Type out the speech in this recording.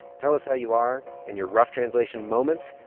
tell us how you are in your rough translation moments.